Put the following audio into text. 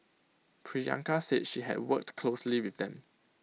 Priyanka said she had worked closely with them